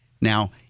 Now